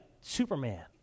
superman